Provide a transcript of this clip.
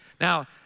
Now